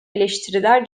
eleştiriler